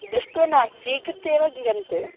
दृष्ट्वा न स्वीकृत्य एव दीयन्ते